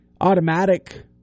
automatic